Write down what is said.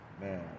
Man